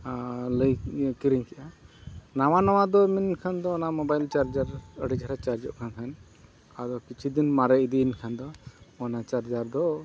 ᱟᱨ ᱟᱹᱞᱤᱧ ᱠᱤᱨᱤᱧ ᱠᱮᱜᱼᱟ ᱱᱟᱣᱟ ᱱᱟᱣᱟ ᱫᱚ ᱢᱮᱱᱠᱷᱟᱱ ᱫᱚ ᱚᱱᱟ ᱢᱳᱵᱟᱭᱤᱞ ᱪᱟᱨᱡᱟᱨ ᱟᱹᱰᱤ ᱪᱮᱦᱨᱟ ᱪᱟᱨᱡᱚᱜ ᱠᱟᱱ ᱛᱟᱦᱮᱱᱟ ᱟᱫᱚ ᱠᱤᱪᱷᱩ ᱫᱤᱱ ᱢᱟᱨᱮ ᱤᱫᱤᱭᱮᱱ ᱠᱷᱟᱱ ᱫᱚ ᱚᱱᱟ ᱪᱟᱨᱡᱟᱨ ᱫᱚ